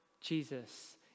Jesus